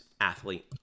Athlete